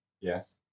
Yes